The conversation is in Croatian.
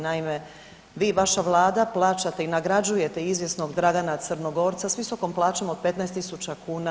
Naime, vi i vaša Vlada plaćate i nagrađujete izvjesnog Dragana Crnogorca sa visokom plaćom od 15000 kuna.